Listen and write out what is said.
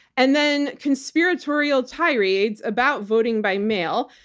and then conspiratorial tirades about voting by mail,